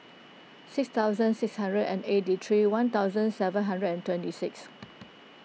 six thousand six hundred and eighty three one thousand seven hundred and twenty six